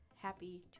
Happy